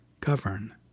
govern